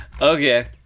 okay